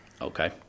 Okay